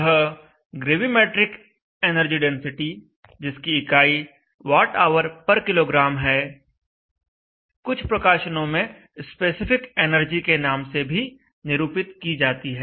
यह gravimetric energy density जिसकी इकाई Whkg है कुछ प्रकाशनों में स्पेसिफिक एनर्जी के नाम से भी निरूपित की जाती है